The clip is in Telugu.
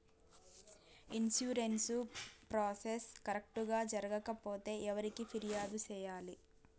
ఇన్సూరెన్సు ప్రాసెస్ కరెక్టు గా జరగకపోతే ఎవరికి ఫిర్యాదు సేయాలి